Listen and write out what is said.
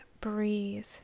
breathe